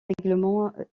règlements